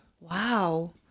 Wow